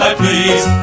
please